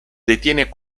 detiene